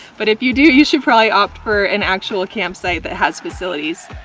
but if you do, you should probably opt for an actual campsite that has facilities.